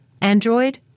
Android